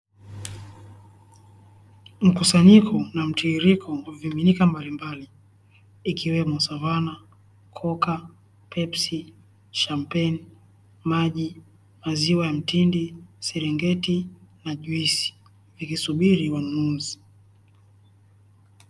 Mkusanyiko na mtiririko wa vimiminika mbalimbali ikiwemo savana, koka, pepsi, shampeni, maji, maziwa ya mtindi, serengeti, na juisi vikisubiri wanunuzi.